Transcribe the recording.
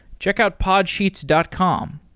check out podsheets dot com.